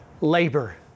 labor